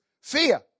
fear